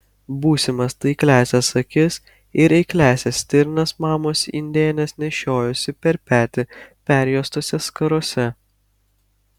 būsimas taikliąsias akis ir eikliąsias stirnas mamos indėnės nešiojosi per petį perjuostose skarose